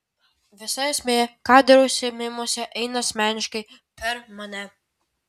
visa esmė ką darau užsiėmimuose eina asmeniškai per mane